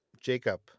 Jacob